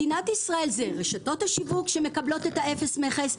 מדינת ישראל זה רשתות השיווק שמקבלות אפס מכס,